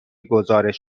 گزارش